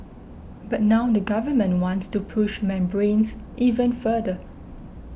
but now the Government wants to push membranes even further